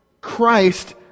Christ